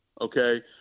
okay